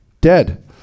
Dead